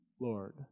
Lord